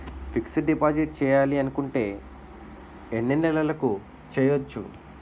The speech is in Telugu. ఫిక్సడ్ డిపాజిట్ చేయాలి అనుకుంటే ఎన్నే నెలలకు చేయొచ్చు?